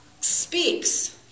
speaks